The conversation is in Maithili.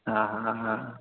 हँ हँ हँ